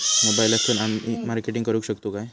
मोबाईलातसून आमी मार्केटिंग करूक शकतू काय?